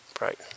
right